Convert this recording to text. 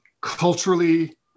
culturally